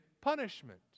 punishment